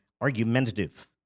argumentative